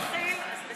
אם הוא התחיל אז בסדר.